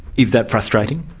is that frustrating?